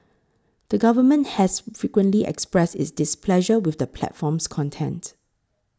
the government has frequently expressed its displeasure with the platform's content